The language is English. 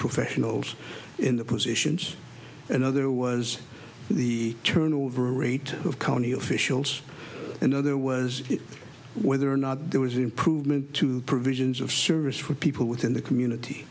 professionals in the positions another was the turnover rate of county officials another was whether or not there was improvement to the provisions of service for people within the community